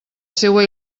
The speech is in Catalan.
seua